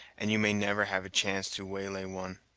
and you may never have a chance to waylay one,